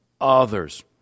others